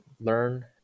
learn